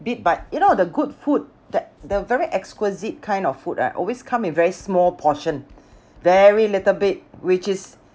bit by you know the good food that the very exquisite kind of food right always come in very small portion very little bit which is